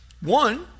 one